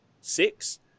six